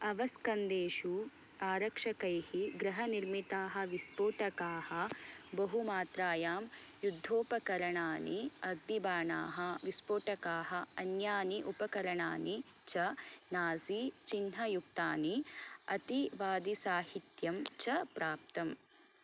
अवस्कन्देषु आरक्षकैः गृहनिर्मिताः विस्फोटकाः बहुमात्रायां युद्धोपकरणानि अग्दिबाणाः विस्फोटकाः अन्यानि उपकरणानि च नाज़ीचिन्हयुक्तानि अतिवादीसाहित्यं च प्राप्तम्